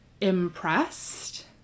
impressed